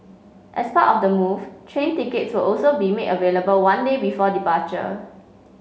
as part of the move train tickets will also be made available one day before departure